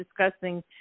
discussing